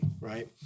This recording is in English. right